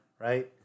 right